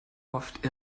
oft